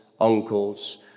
uncles